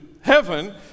heaven